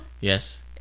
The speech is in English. Yes